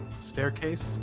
staircase